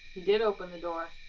did open the door.